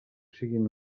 siguin